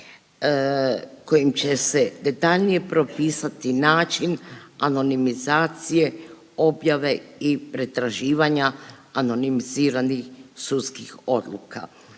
kojim će se detaljnije propisati način anonimizacije, objave i pretraživanja anonimiziranih sudskih odluka.